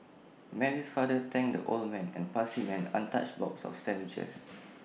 Mary's father thanked the old man and passed him an untouched box of sandwiches